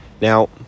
Now